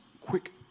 quick